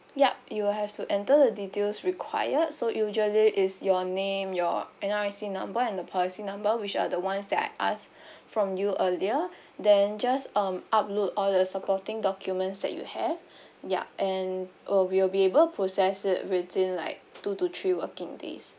yup you'll have to enter the details required so usually is your name your N_R_I_C number and the policy number which are the ones that I ask from you earlier then just um upload all the supporting documents that you have yup and we will be able process it within like two to three working days